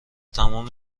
تمام